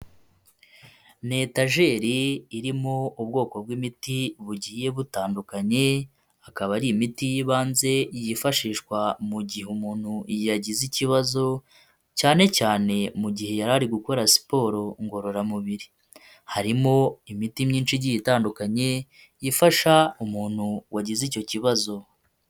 Ni etajeri irimo ubwoko bw'imiti bugiye butandukanye, akaba ari imiti y'ibanze yifashishwa mu gihe umuntu yagize ikibazo cyane cyane mu gihe yari ari gukora siporo ngororamubiri. Harimo imiti myinshi igiye itandukanye, ifasha umuntu wagize icyo kibazo.